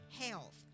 health